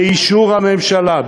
באישור הממשלה.